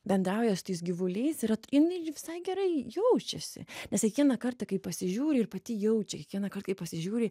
bendrauja su tais gyvuliais ir at jinai visai gerai jaučiasi nes kiekieną kartą kai pasižiūri ir pati jaučia kiekvienąkart kai pasižiūri